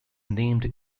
named